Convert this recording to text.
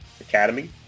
academy